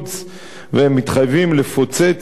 והם מתחייבים לפוצץ ציונים